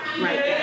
right